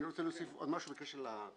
כן, אני רוצה להוסיף עוד משהו בקשר לתאגיד.